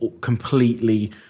completely